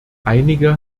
einige